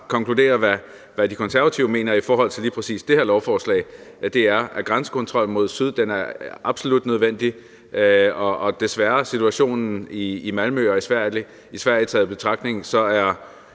hvad De Konservative mener om lige præcis det her beslutningsforslag: Grænsekontrollen mod syd er absolut nødvendigt, og situationen i Malmø og Sverige taget i betragtning er